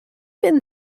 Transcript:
been